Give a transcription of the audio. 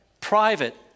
Private